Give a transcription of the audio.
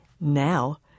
Now